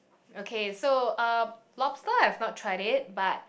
okay so um lobster I've not tried it but